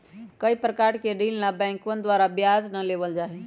कई प्रकार के ऋण ला बैंकवन द्वारा ब्याज ना लेबल जाहई